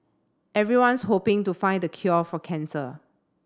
everyone's hoping to find the cure for cancer